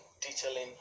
detailing